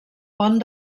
pont